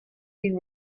been